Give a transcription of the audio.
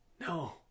No